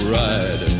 ride